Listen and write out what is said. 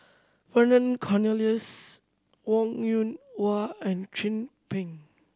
Vernon Cornelius Wong Yoon Wah and Chin Peng